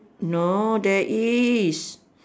no there is